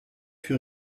fut